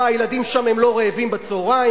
מה, הילדים שם לא רעבים בצהריים?